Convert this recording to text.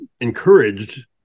encouraged